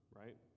right